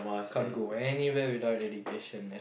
can't go anywhere without education